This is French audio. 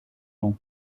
nom